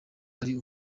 ari